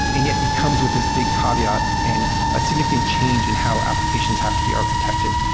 and yet it becomes with this big caveat and a significant change in how applications have to be architected.